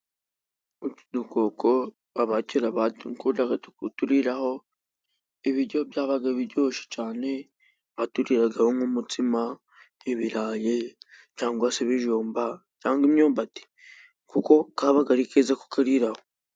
Utu dukoko abakera bakundaga kuturiraho, ibiryo byabaga biryoshye cyane, baturiragaho nk'umutsima, nk'ibirayi cyangwa se ibijumba, cyangwa imyumbati. Kuko kabaga ari keza kukariraho.